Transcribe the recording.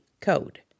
code